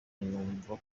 numva